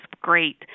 great